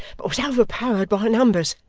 but was overpowered by numbers.